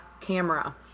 camera